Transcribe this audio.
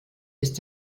ist